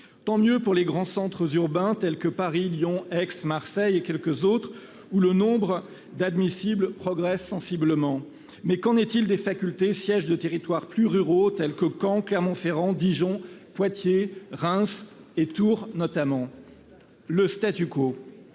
Tant mieux pour les grands centres urbains tels que Paris, Lyon, Aix-en-Provence, Marseille et quelques autres, où le nombre d'admissibles progresse sensiblement. Mais qu'en est-il des facultés sièges de territoires plus ruraux tels que Caen, Clermont-Ferrand, Dijon, Poitiers, Reims et Tours, notamment ? Le ! Au